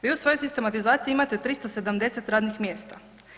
Vi u svojoj sistematizaciji imate 370 radnih mjesta.